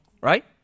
right